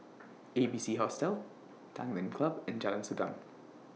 A B C Hostel Tanglin Club and Jalan Segam